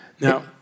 Now